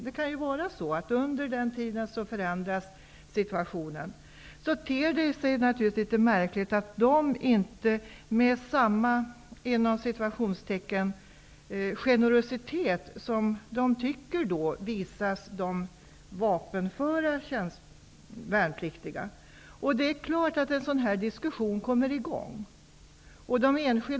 Det kan ju vara så att situationen förändras under den tiden. De tycker då att det är litet märkligt att de inte visas samma ''generositet'' som de vapenföra värnpliktiga. Det är klart att en sådan här diksussion kommer i gång.